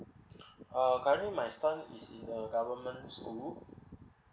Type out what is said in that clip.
uh currently my son is in a government school